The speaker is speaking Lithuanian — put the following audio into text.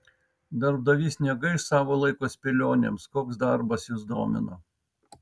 darbdavys negaiš savo laiko spėlionėms koks darbas jus domina